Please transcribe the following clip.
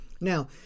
Now